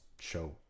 show